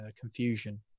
confusion